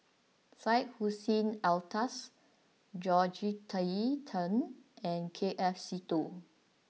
Syed Hussein Alatas Georgette Chen and K F Seetoh